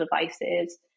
devices